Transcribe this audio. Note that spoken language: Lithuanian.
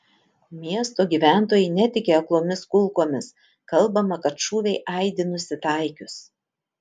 miesto gyventojai netiki aklomis kulkomis kalbama kad šūviai aidi nusitaikius